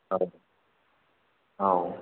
औ औ